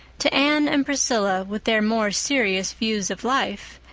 to anne and priscilla, with their more serious views of life,